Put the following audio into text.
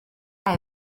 rwyf